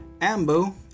Ambo